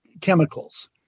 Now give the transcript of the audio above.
chemicals